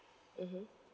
mmhmm